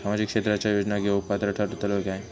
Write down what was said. सामाजिक क्षेत्राच्या योजना घेवुक पात्र ठरतव काय?